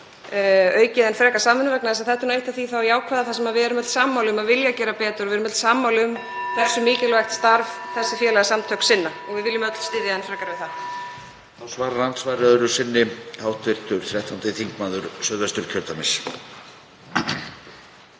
aukið enn frekar samvinnuna vegna þess að þetta er eitt af því jákvæða sem við erum öll sammála um og viljum gera betur og erum öll sammála um hversu mikilvægu starfi þessi félagasamtök sinna og við viljum öll styðja enn frekar við það.